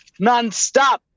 nonstop